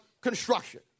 construction